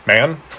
man